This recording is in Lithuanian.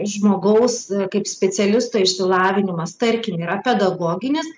žmogaus kaip specialisto išsilavinimas tarkim yra pedagoginis